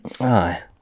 Aye